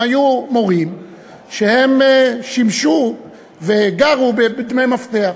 הם היו מורים, והם גרו בדמי מפתח.